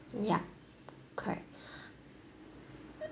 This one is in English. ya correct